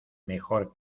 mejor